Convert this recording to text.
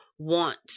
want